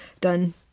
done –